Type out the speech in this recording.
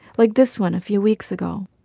like this one a few weeks ago.